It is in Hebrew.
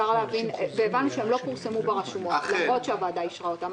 והבנו שהם לא פורסמו ברשומות למרות שהוועדה אישרה אותם.